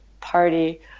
party